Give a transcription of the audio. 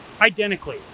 Identically